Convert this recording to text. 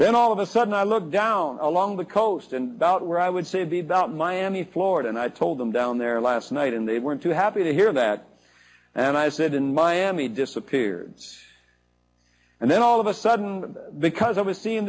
then all of a sudden i look down along the coast and about where i would say be about miami florida and i told them down there last night and they weren't too happy to hear that and i said in miami disappeared and then all of a sudden because i was seeing